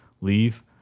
leave